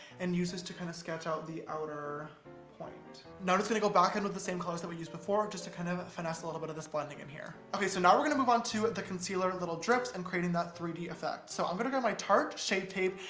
and use this to kind of sketch out the outer point. now i'm just gonna go back in with the same colors that we used before just to kind of finesse a little bit of this blending in here. okay so now we're gonna move on to the concealer little drips and creating that three d effect. so i'm gonna grab my tarte shape tape,